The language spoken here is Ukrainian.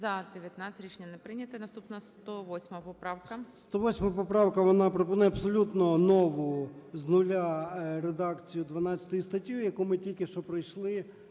За-19 Рішення не прийнято. Наступна 108 поправка.